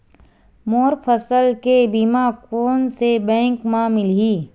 मोर फसल के बीमा कोन से बैंक म मिलही?